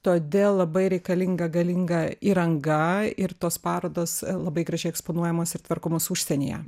todėl labai reikalinga galinga įranga ir tos parodos labai gražiai eksponuojamos ir tvarkomos užsienyje